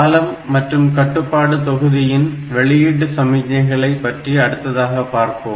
காலம் மற்றும் கட்டுப்பாடு தொகுதியின் வெளியீட்டு சமிக்ஞைகளை பற்றி அடுத்ததாக பார்ப்போம்